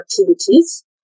activities